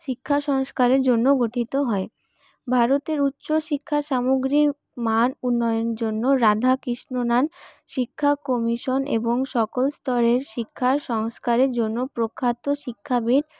শিক্ষা সংস্কারের জন্য গঠিত হয় ভারতের উচ্চ শিক্ষার সামগ্রীক মান উন্নয়নের জন্য রাধা কৃষ্ণন শিক্ষা কমিশন এবং সকল স্তরের শিক্ষার সংস্কারের জন্য প্রখ্যাত শিক্ষাবিদ